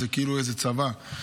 כאילו איזה צבא,